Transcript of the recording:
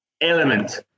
Element